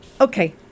Okay